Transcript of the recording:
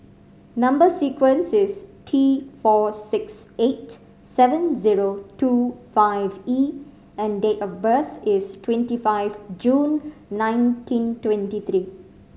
number sequence is T four six eight seven zero two five E and date of birth is twenty five June nineteen twenty three